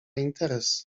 interes